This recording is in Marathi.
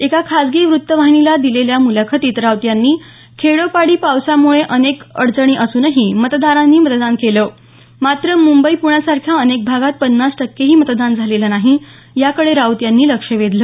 एका खासगी वृत्तवाहिनीला दिलेल्या मुलाखतीत राऊत यांनी खेडोपाडी पावसामुळे अनेक अडचणी असूनही मतदारांनी मतदान केलं मात्र मुंबई पुण्यासारख्या अनेक भागात पन्नास टक्केही मतदान झालेलं नाही याकडे राऊत यांनी लक्ष वेधलं